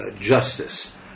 justice